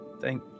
thank